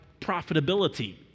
profitability